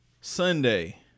Sunday